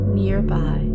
nearby